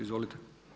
Izvolite.